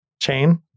Chain